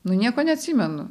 nu nieko neatsimenu